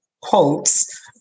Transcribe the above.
quotes